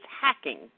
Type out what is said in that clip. hacking